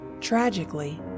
Tragically